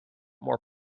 more